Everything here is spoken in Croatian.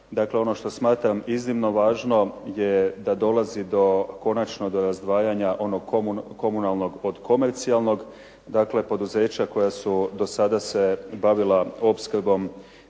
Dakle ono što smatram iznimno važno je da dolazi do konačno do razdvajanja onog komunalnog od komercijalnog. Dakle poduzeća koja su do sada se bavila opskrbom